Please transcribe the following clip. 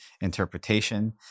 interpretation